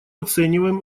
оцениваем